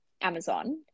Amazon